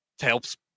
helps